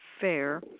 fair